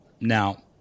Now